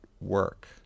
work